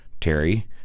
Terry